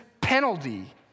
penalty